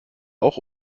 auch